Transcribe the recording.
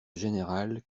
général